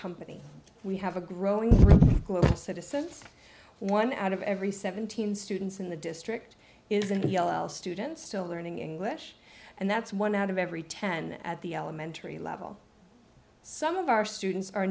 company we have a growing global citizens one out of every seventeen students in the district is in the yellow students still learning english and that's one out of every ten at the elementary level some of our students are